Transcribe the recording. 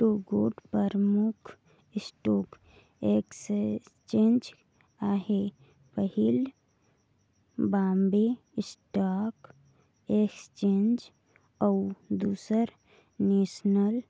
दुगोट परमुख stock exchange अहे पहिल बॉम्बे स्टाक एक्सचेंज अउ दूसर नेसनल